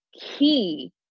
key